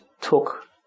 took